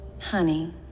Honey